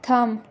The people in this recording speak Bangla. থাম